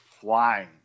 flying